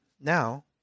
Now